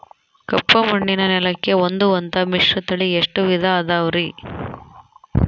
ಕಪ್ಪುಮಣ್ಣಿನ ನೆಲಕ್ಕೆ ಹೊಂದುವಂಥ ಮಿಶ್ರತಳಿ ಎಷ್ಟು ವಿಧ ಅದವರಿ?